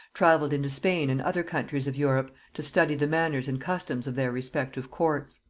travelled into spain and other countries of europe to study the manners and customs of their respective courts.